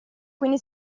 quindi